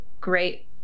great